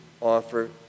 offer